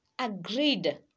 agreed